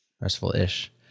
RESTful-ish